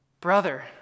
Brother